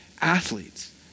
athletes